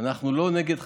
אנחנו לא נגד חתונות,